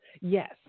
Yes